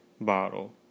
bottle